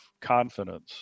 confidence